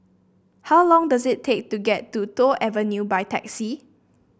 how long does it take to get to Toh Avenue by taxi